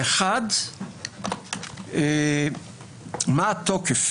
האחד, מה התוקף